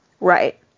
Right